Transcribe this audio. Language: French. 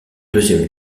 deuxième